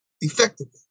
effectively